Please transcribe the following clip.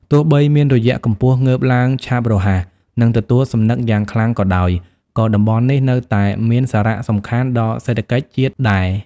ទោះបីមាន រយៈកំពស់ងើបឡើងឆាប់រហ័ស និងទទួលសំណឹកយ៉ាងខ្លាំងក៏ដោយ ក៏តំបន់នេះ នៅតែមានសារៈសំខាន់ដល់សេដ្ឋកិច្ចជាតិដែរ។